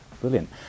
Brilliant